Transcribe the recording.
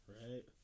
right